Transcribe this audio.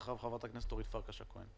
ואחריו חברת הכנסת אורית פרקש הכהן.